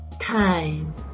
Time